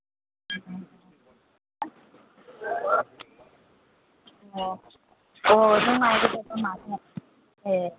ꯑꯣ ꯑꯣ ꯅꯨꯡꯉꯥꯏꯒꯗꯕ ꯃꯥꯜꯂꯦ ꯑꯦ